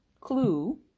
clue